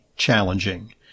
challenging